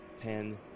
pen